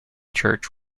church